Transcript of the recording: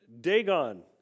Dagon